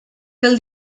pel